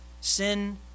Sin